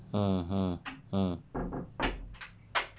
mm mm mm